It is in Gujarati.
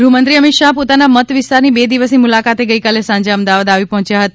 ગૂહ મંત્રી અમિત શાહ પોતાના મત વિસ્તારની બે દિવસની મુલાકાતે ગઇકાલે સાંજે અમદાવાદ આવી પહોંચ્યા હતા